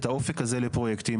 את האופק הזה לפרויקטים,